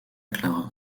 clara